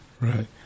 right